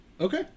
Okay